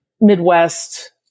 Midwest